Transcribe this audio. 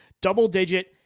double-digit